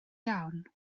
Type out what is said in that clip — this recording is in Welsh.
iawn